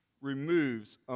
removes